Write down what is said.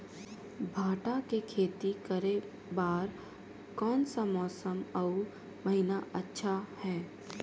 भांटा के खेती करे बार कोन सा मौसम अउ महीना अच्छा हे?